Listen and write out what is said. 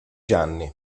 gianni